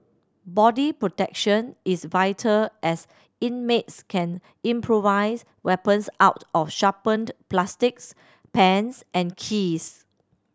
body protection is vital as inmates can improvise weapons out of sharpened plastics pens and keys